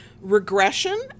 Regression